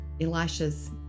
Elisha's